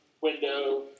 window